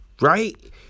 right